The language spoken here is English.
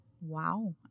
Wow